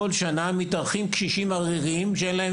שכל שנה מתארחים אצלי קשישים עריריים שאין להם